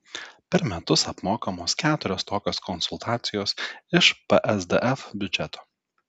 per metus apmokamos keturios tokios konsultacijos iš psdf biudžeto